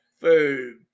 food